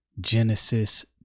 Genesis